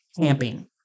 camping